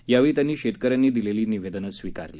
यावेळी त्यांनी शेतकऱ्यांनी दिलेली निवेदनं स्वीकारली